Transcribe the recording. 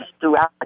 throughout